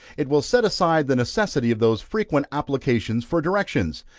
it will set aside the necessity of those frequent applications for directions,